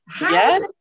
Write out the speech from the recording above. Yes